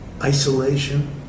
isolation